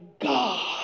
God